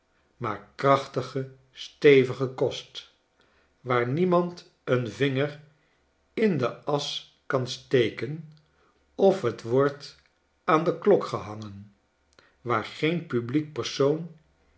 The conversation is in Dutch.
maar krachtige stevige kost waar niemand een vinger in de asch kan steken of t wordt aan de klok gehangen waar geen publiek persoon